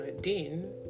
Dean